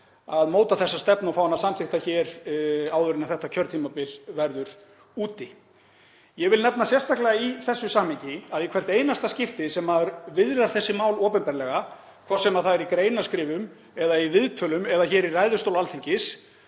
að móta þessa stefnu og fá hana samþykkta hér áður en þetta kjörtímabil er úti. Ég vil nefna sérstaklega í þessu samhengi að í hvert einasta skipti sem maður viðrar þessi mál opinberlega, hvort sem það er í greinaskrifum eða í viðtölum eða hér í ræðustól Alþingis,